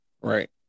Right